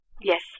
yes